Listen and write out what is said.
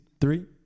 three